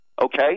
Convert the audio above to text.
Okay